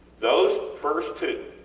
those first two,